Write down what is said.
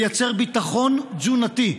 לייצר ביטחון תזונתי.